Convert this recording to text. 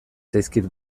zaizkit